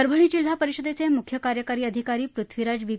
परभणी जिल्हा परिषदेचे मुख्य कार्यकारी अधिकारी पृथ्वीराज बी